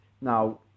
Now